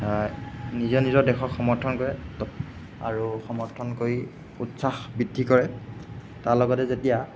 নিজৰ নিজৰ দেশক সমৰ্থন কৰে তো আৰু সমৰ্থন কৰি উৎসাহ বৃদ্ধি কৰে তাৰ লগতে যেতিয়া